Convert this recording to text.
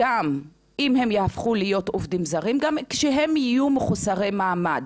גם אם הם יהפכו להיות עובדים זרים וגם כשהם יהיו מחוסרי מעמד.